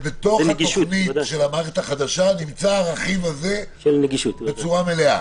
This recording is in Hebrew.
אבל בתוך התוכנית של המערכת החדשה נמצא הרכיב הזה בצורה מלאה.